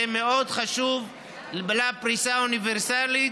זה מאוד חשוב לפריסה האוניברסלית,